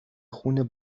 خون